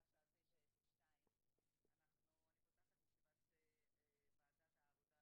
השעה 09:02. אני פותחת את ישיבת ועדת העבודה,